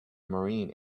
marine